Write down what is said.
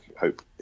hope